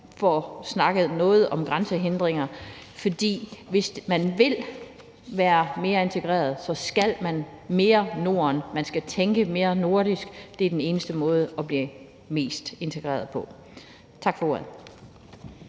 får snakket noget om grænsehindringer. For hvis man vil være mere integreret, skal man mere Norden, man skal tænke mere nordisk, det er den eneste måde at blive mest integreret på. Tak for ordet.